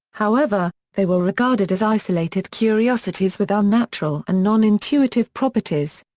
however, they were regarded as isolated curiosities with unnatural and non-intuitive properties.